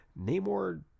Namor